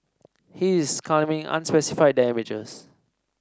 he is claiming unspecified damages